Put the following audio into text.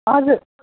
हजुर